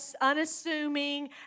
unassuming